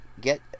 get